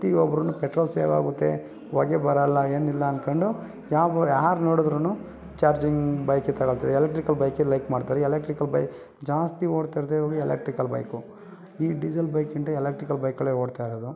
ಪ್ರತಿಯೊಬ್ಬರೂ petrol save ಆಗುತ್ತೆ ಹೊಗೆ ಬರಲ್ಲ ಏನಿಲ್ಲ ಅಂದ್ಕೊಂಡು ಯಾವ ಯಾರು ನೋಡಿದ್ರೂ ಚಾರ್ಜಿಂಗ್ ಬೈಕೆ ತಗೊಳ್ತಿದ್ದಾರೆ ಎಲೆಕ್ಟ್ರಿಕಲ್ ಬೈಕೆ ಲೈಕ್ ಮಾಡ್ತಾರೆ ಎಲೆಕ್ಟ್ರಿಕಲ್ ಬೈ ಜಾಸ್ತಿ ಓಡ್ತಾಯಿರೋದೆ ಇವಾಗ ಎಲೆಕ್ಟ್ರಿಕಲ್ ಬೈಕು ಈ ಡಿಸೇಲ್ ಬೈಕ್ಗಿಂತ ಎಲೆಕ್ಟ್ರಿಕಲ್ ಬೈಕ್ಗಳೆ ಓಡ್ತಾಯಿರೋದು